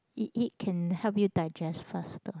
it it can help you digest faster